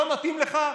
לא מתאים לך?